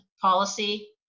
policy